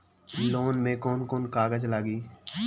Loan में कौन कौन कागज लागी?